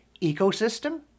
ecosystem